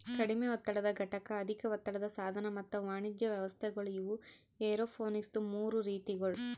ಕಡಿಮೆ ಒತ್ತಡದ ಘಟಕ, ಅಧಿಕ ಒತ್ತಡದ ಸಾಧನ ಮತ್ತ ವಾಣಿಜ್ಯ ವ್ಯವಸ್ಥೆಗೊಳ್ ಇವು ಏರೋಪೋನಿಕ್ಸದು ಮೂರು ರೀತಿಗೊಳ್